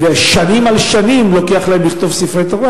ושנים על שנים לוקח להם לכתוב ספרי תורה,